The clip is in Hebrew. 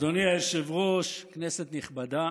אדוני היושב-ראש, כנסת נכבדה,